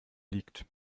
liegt